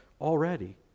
already